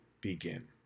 begin